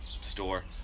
store